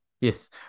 Yes